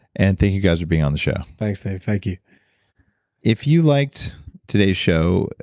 and thank you guys for being on the show thanks, dave thank you if you liked today's show,